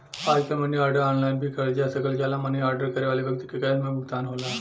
आजकल money order online भी करल जा सकल जाला मनी आर्डर करे वाले व्यक्ति के कैश में भुगतान होला